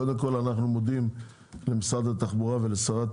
קודם כל אנחנו מודים למשרד התחבורה ולשרת